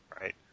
right